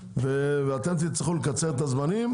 ואתם תצטרכו לקצר את לוחות הזמנים.